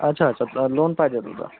अच्छा अच्छा तर लोन पाहिजे होता